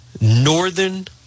northern